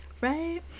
Right